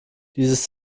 dieses